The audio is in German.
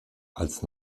als